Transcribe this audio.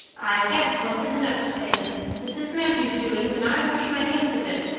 i guess once is enough to say them. this is matthew's doings and i wash my hands of it.